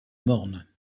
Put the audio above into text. morne